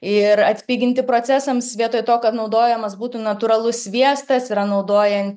ir atpiginti procesams vietoj to kad naudojamas būtų natūralus sviestas yra naudojant